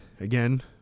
again